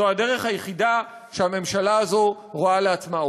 זו דרך היחידה שהממשלה הזו רואה לעצמה אופק.